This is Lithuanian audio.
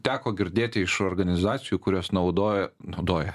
teko girdėti iš organizacijų kurios naudoja naudoja